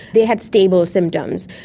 they had stable symptoms.